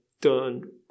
done